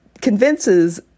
convinces